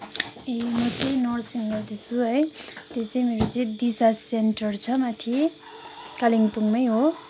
ए म चाहिँ नर्सिङ गर्दैछु है त्यो चाहिँ मेरो चाहिँ दिशा सेन्टर छ माथि कालिम्पोङमै हो